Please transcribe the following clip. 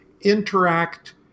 interact